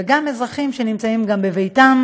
וגם אזרחים שנמצאים בביתם,